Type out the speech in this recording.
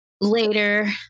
later